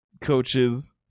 coaches